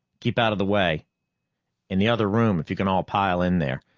keep out of the way in the other room, if you can all pile in there.